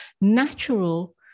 natural